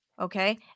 Okay